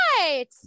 right